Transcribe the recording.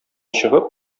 чыгып